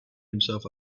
himself